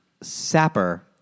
sapper